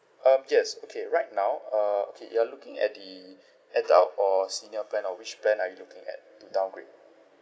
um yes okay right now uh okay you're looking at the adult or senior plan or which plan are you looking at to downgrade